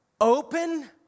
open